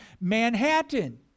Manhattan